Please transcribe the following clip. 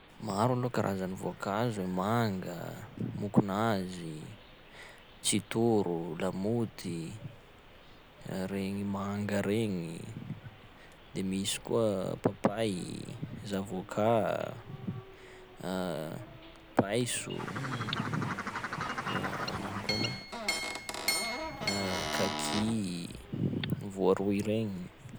Maro aloha karazan'ny voankazo: manga, mokonazy, tsitôro, lamoty, regny manga regny, de misy koa papay, zavôka, paiso, ino koa ma? kaki, voaroy regny.